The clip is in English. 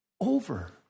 over